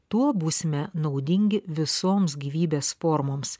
tuo būsime naudingi visoms gyvybės formoms